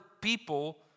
people